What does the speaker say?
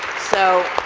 so,